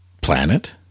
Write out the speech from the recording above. planet